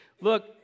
look